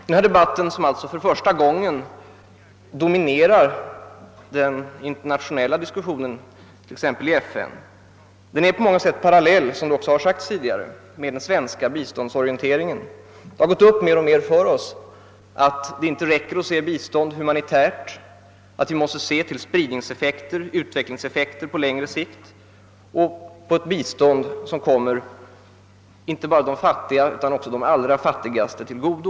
Denna debatt, som alltså för första gången dominerar den internationella diskussionen t.ex. i FN, är på många sätt parallell, såsom också har sagts tidigare, med den svenska biståndsorienteringen. Det har gått upp mer och mer för oss, att det inte räcker att se biståndet humanitärt, att vi måste se till spridningseffekter, utvecklingseffekter på längre sikt och på det bistånd som kommer inte bara de fattiga utan också de allra fattigaste till godo.